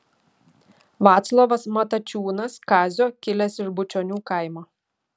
vaclovas matačiūnas kazio kilęs iš bučionių kaimo